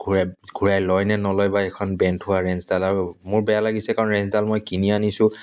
ঘূৰাই ঘূৰাই লয় নে নলয় বা এইখন বেণ্ট হোৱা ৰেঞ্চডাল আৰু মোৰ বেয়া লাগিছে কাৰণ ৰেঞ্চডাল মই কিনি আনিছোঁ